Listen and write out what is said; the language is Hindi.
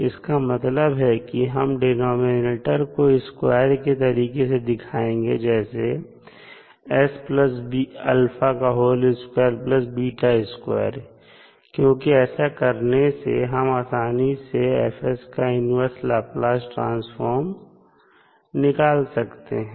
इसका मतलब यह है कि हम डिनॉमिनेटर को स्क्वायर के तरीके से दिखाएंगे जैसे s α2 β2 क्योंकि ऐसा करने से हम आसानी से F का इन्वर्स लाप्लास ट्रांसफॉर्म निकाल सकते हैं